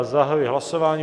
Zahajuji hlasování.